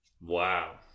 Wow